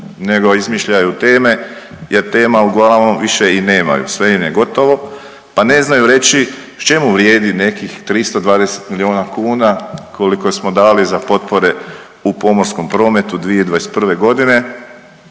nego izmišljaju teme jer tema uglavnom više i nemaju, sve im je gotovo, pa ne znaju reći čemu vrijedi nekih 320 milijuna kuna koliko smo dali za potpore u pomorskom prometu 2021.g.,